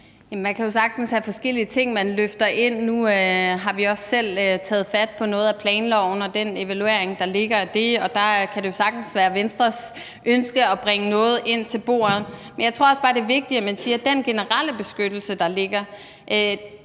Man kan jo sagtens have forskellige ting, man løfter ind. Nu har vi også selv taget fat på noget af planloven og den evaluering, der ligger af det, og der kan det jo sagtens være Venstres ønske at bringe noget ind til bordet. Men jeg tror bare også, det er vigtigt, at man siger, at den generelle beskyttelse, der ligger,